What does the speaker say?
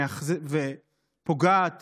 שפוגעת